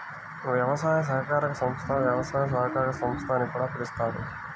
వ్యవసాయ సహకార సంస్థ, వ్యవసాయ సహకార సంస్థ అని కూడా పిలుస్తారు